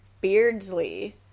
Beardsley